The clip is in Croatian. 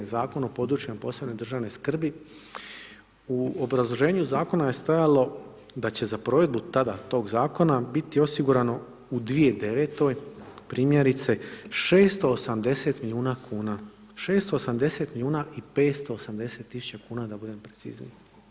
Zakon o područjima posebne državne skrbi, u obrazloženju zakona je stajalo da će za provedbu tada, tog zakona biti osigurano u 2009. primjerice 680 milijuna kuna, 680.580.000 kuna da budem precizniji.